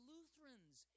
Lutherans